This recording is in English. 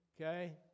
Okay